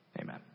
Amen